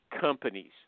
companies